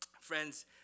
Friends